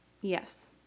Yes